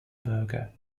berger